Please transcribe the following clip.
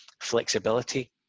flexibility